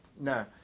No